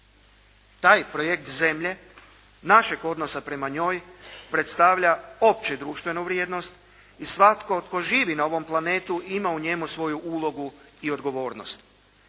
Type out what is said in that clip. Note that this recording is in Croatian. Taj projekt zemlje našeg odnosa prema njoj, predstavlja opće društvenu vrijednost i svatko tko živi na ovom planetu ima u njemu svoju ulogu i odgovornost.